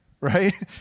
right